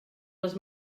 les